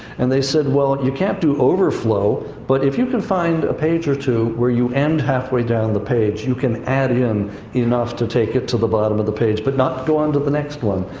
and they said, well, you can't do overflow. but if you can find a page or two where you end halfway down the page, you can add in enough to take it to the bottom of the page, but not go on to the next one.